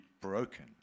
broken